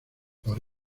por